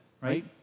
right